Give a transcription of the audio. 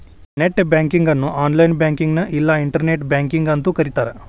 net banking ಅನ್ನು online ಬ್ಯಾಂಕಿಂಗ್ನ ಇಲ್ಲಾ ಇಂಟರ್ನೆಟ್ ಬ್ಯಾಂಕಿಂಗ್ ಅಂತೂ ಕರಿತಾರ